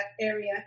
area